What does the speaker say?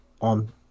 on